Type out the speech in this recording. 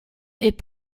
est